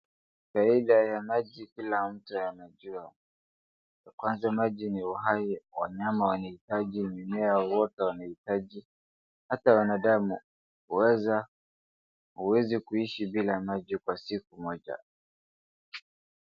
Faida ya maji kila mtu anaijua. Ya kwanza maji ni uhai, wanyama wanahitaji, mimea wote wanahitaji. Hata wanadamu huwezi kuishi bila maji kwa siku moja.